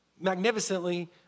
magnificently